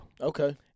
Okay